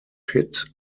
pit